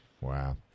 Wow